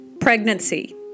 pregnancy